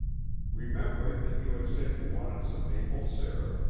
remembering that you had said you wanted some maple sirup,